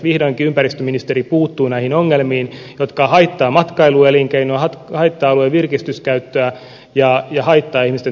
vihdoinkin ympäristöministeri puuttuu näihin ongelmiin jotka haittaavat matkailuelinkeinoa haittaavat alueen virkistyskäyttöä ja haittaavat ihmisten tavallista elämää